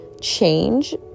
change